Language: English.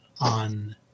on